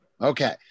Okay